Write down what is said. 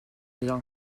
bien